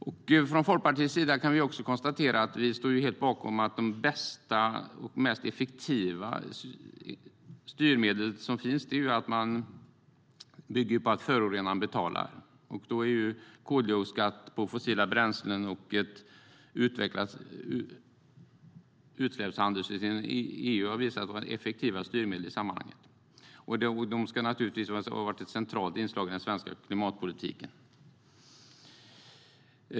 Vi i Folkpartiet står helt bakom att de bästa och mest effektiva styrmedlen bygger på att förorenaren betalar. Koldioxidskatt på fossila bränslen och ett utvecklat utsläppshandelssystem inom EU har visat sig vara effektiva styrmedel som naturligtvis ska vara ett centralt inslag i den svenska klimatpolitiken.